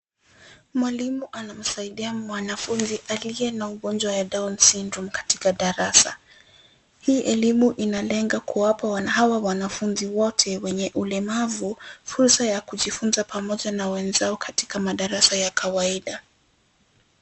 Mwalimu anamsaidia mwanafunzi aliye na ugonjwa ya down sydrome katika darasa. Hii elimu inalenga kuwapa hawa wanafunzi wote wenye ulemavu, fursa ya kujifunza pamoja na wenzao katika madarasa ya kawaida.